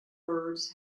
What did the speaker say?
birds